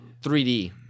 3d